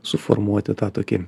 suformuoti tą tokį